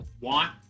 want